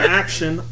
action